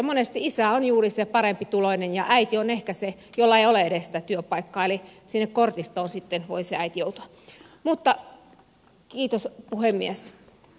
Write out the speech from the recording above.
monesti isä on juuri se parempituloinen ja äiti on ehkä se jolla ei ole edes sitä työpaikkaa eli sinne kortistoon sitten voi se äiti joutua